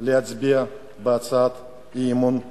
להצביע אי-אמון בממשלה.